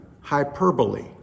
hyperbole